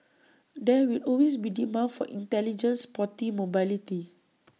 there will always be demand for intelligent sporty mobility